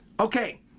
Okay